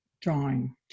drawing